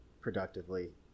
productively